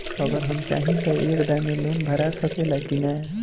अगर हम चाहि त एक दा मे लोन भरा सकले की ना?